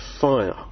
fire